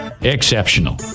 exceptional